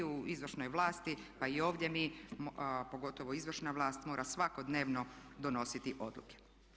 Vi u izvršnoj vlasti pa i ovdje mi pogotovo izvršna vlast mora svakodnevno donositi odluke.